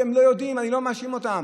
הם לא יודעים, אני לא מאשים אותם.